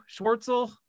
Schwartzel